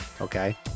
Okay